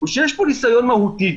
הוא שיש פה ניסיון מהותי,